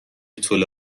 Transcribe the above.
توله